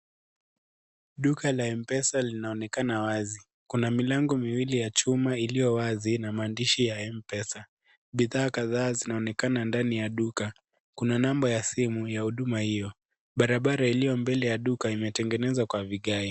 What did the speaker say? Duka la Mpesa linaonekana wazi . Kuna milango miwili ya chuma iliyowazi na maandishi ya Mpesa bidhaa kadhaa zinaonekana ndani ya duka .Kuna namba ya simu ya huduma hiyo . Barabara iliyo mbele ya duka imetengenezwa kwa vigae.